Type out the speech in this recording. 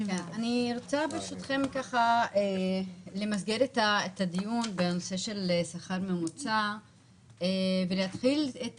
אני רוצה ברשותכם למסגר את הדיון בנושא של שכר ממוצע ולהתחיל את